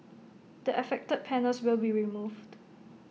the affected panels will be removed